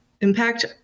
impact